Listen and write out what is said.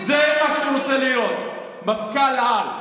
-- זה מה שהוא רוצה להיות, מפכ"ל-על.